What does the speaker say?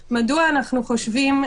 לאיסוף ראיות נוספות שהמשטרה מחויבת לבצע,